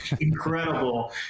incredible